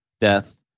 death